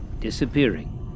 disappearing